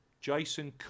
Jason